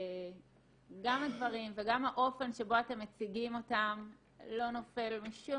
שגם הדברים וגם האופן שבו אתם מציגים אותם לא נופל משום